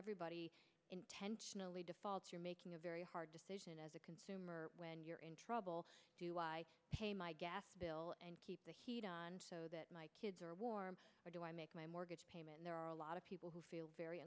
everybody intentionally defaults you're making a very hard decision as a consumer when you're in trouble to pay my gas bill and keep the heat on so that my kids are warm or do i make my mortgage payment there are a lot of people who feel very